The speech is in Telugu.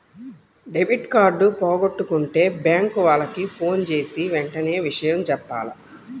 డెబిట్ కార్డు పోగొట్టుకుంటే బ్యేంకు వాళ్లకి ఫోన్జేసి వెంటనే విషయం జెప్పాల